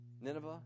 Nineveh